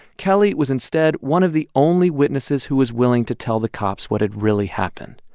kelley was instead one of the only witnesses who was willing to tell the cops what had really happened.